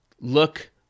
look